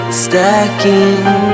stacking